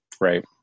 right